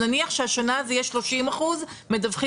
נניח שהשנה זה יהיה 30 אחוז מדווחים